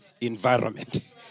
environment